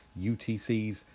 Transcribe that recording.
UTCs